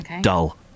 Dull